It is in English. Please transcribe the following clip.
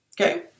Okay